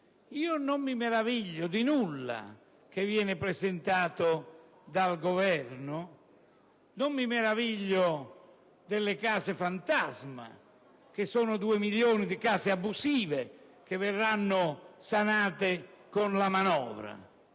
Io non mi meraviglio di nulla di ciò che viene presentato dal Governo, non mi meraviglio delle cosiddette case fantasma, vale a dire due milioni di case abusive che verranno sanate con la manovra